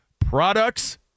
products